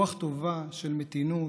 רוח טובה של מתינות,